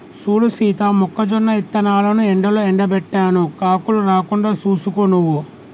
సూడు సీత మొక్కజొన్న ఇత్తనాలను ఎండలో ఎండబెట్టాను కాకులు రాకుండా సూసుకో నువ్వు